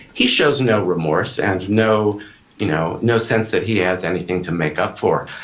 he shows no remorse and no you know no sense that he has anything to make up for.